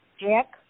Jack